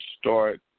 start